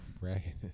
right